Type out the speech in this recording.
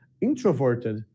introverted